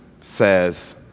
says